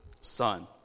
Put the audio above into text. son